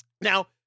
Now